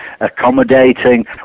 accommodating